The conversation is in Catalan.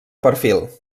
perfil